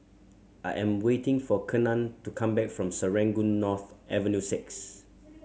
I am waiting for Kenan to come back from Serangoon North Avenue Six